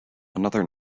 another